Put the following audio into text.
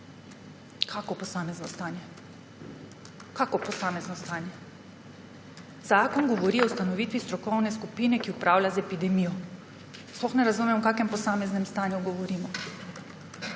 Kakšno posamezno stanje? Zakon govori o ustanovitvi strokovne skupine, ki upravlja z epidemijo. Sploh ne razumem, o kakšnem posameznem stanju govorimo.